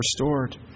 restored